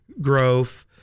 growth